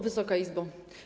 Wysoka Izbo!